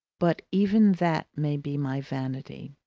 but even that may be my vanity.